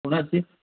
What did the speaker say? कुणाची